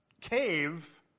cave